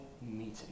meeting